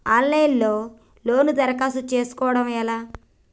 Of line లో loan దరఖాస్తు చేసుకోవడం ఎలా?